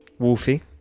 Wolfie